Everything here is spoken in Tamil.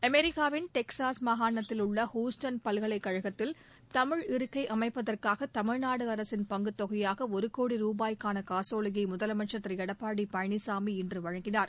அமெரிக்காவின் டெக்சாஸ் மாகாணத்தில் உள்ள ஹூஸ்டன் பல்கலைக்கழகத்தில் தமிழ் இருக்கை அமைப்பதற்காக தமிழ்நாடு அரசின் பங்குத் தொகையாக ஒரு கோடி ரூபாய்க்கான காசோலையை முதலமைச்ச் திரு எடப்பாடி பழனிசாமி இன்று வழங்கினார்